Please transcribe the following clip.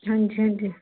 ਹਾਂਜੀ ਹਾਂਜੀ